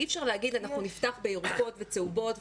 אי-אפשר להגיד: אנחנו נפתח בירוקות, בצהובות.